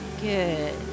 Good